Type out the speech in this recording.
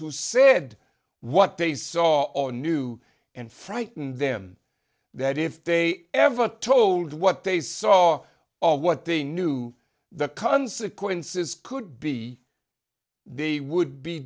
who said what they saw or knew and frightened them that if they ever told what they saw or what they knew the consequences could be they would be